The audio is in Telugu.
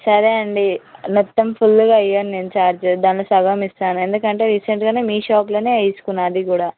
సరే అండి మొత్తం ఫుల్లుగా ఇవ్వను నేను ఛార్జ్ దాన్లో సగం ఇస్తాను ఎందుకంటే రీసెంట్గానే మీ షాప్లోనే వేయించుకున్నా అది కూడా